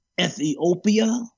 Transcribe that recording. Ethiopia